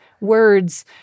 words